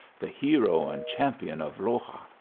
the hero and champion of loxa,